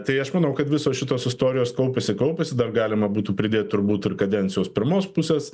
tai aš manau kad visos šitos istorijos kaupiasi kaupiasi dar galima būtų pridėt turbūt ir kadencijos pirmos pusės